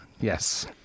Yes